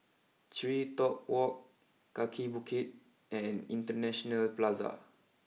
TreeTop walk Kaki Bukit and International Plaza